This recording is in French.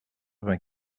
vingt